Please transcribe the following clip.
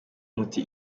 umuti